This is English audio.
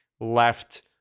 left